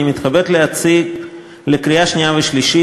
אני מתכבד להציג לקריאה השנייה והשלישית